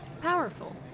powerful